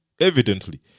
evidently